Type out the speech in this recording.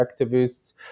activists